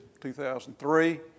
2003